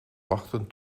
wachten